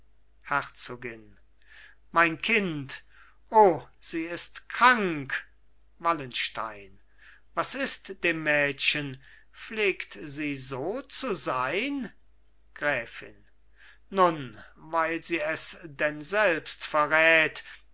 herzogin mein kind o sie ist krank wallenstein was ist dem mädchen pflegt sie so zu sein gräfin nun weil sie es denn selbst verrät